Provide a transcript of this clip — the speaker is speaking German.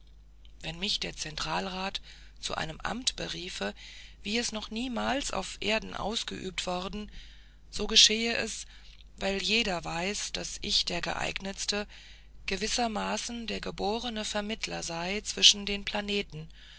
wenn mich der zentralrat zu einem amt beriefe wie es noch niemals auf erden ausgeübt worden so geschehe es weil jeder weiß daß ich der geeignetste gewissermaßen der geborene vermittler sei zwischen den planeten